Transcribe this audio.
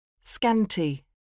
Scanty